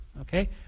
okay